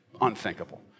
unthinkable